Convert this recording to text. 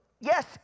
Yes